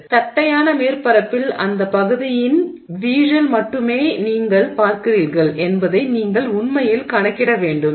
எனவே தட்டையான மேற்பரப்பில் அந்த பகுதியின் வீழல் புரத்தெறிவை மட்டுமே நீங்கள் பார்க்கிறீர்கள் என்பதை நீங்கள் உண்மையில் கணக்கிட வேண்டும்